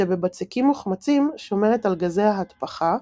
שבבצקים מוחמצים שומרת על גזי ההתפחה,